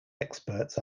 experts